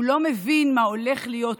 הוא לא מבין מה הולך להיות פה.